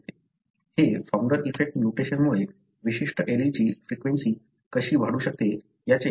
हे founder effect म्युटेशनमुळे विशिष्ट एलीलची फ्रिक्वेंसी कशी वाढू शकते याचे उदाहरण आहे